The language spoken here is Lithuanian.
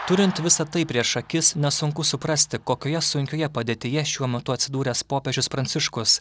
turint visa tai prieš akis nesunku suprasti kokioje sunkioje padėtyje šiuo metu atsidūręs popiežius pranciškus